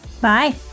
Bye